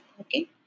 Okay